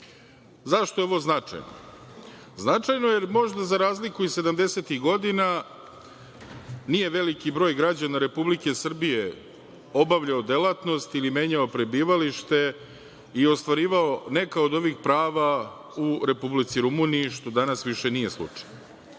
decu.Zašto je ovo značajno? Značajno je jer možda za razliku od 70-ih godina nije veliki broj građana Republike Srbije obavljao delatnosti ili menjao prebivalište i ostvarivao neka od ovih prava u Republici Rumuniji što danas više nije slučaj.